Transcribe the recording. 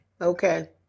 Okay